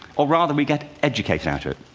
or rather, we get educated out of it.